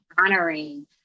honoring